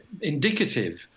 indicative